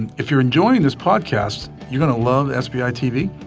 if you're enjoying this podcast, you're gonna love sbi tv.